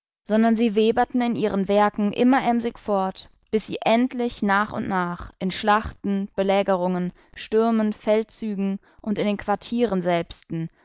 sondern sie weberten in ihren werken immer emsig fort bis sie endlich nach und nach in schlachten belägerungen stürmen feldzügen und in den quartieren selbsten